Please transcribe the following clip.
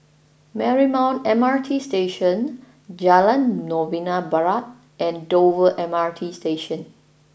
Marymount M R T Station Jalan Novena Barat and Dover M R T Station